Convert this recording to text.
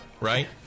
right